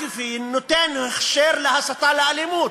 בעקיפין נותן הכשר להסתה לאלימות.